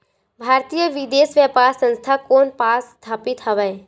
भारतीय विदेश व्यापार संस्था कोन पास स्थापित हवएं?